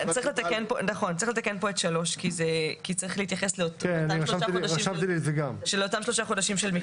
צריך לתקן פה את (3) כי צריך להתייחס לאותם שלושה חודשים.